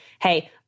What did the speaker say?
hey